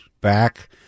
back